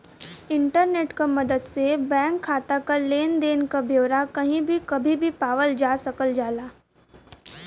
internet क मदद से बैंक खाता क लेन देन क ब्यौरा कही भी कभी भी पावल जा सकल जाला